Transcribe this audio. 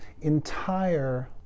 entire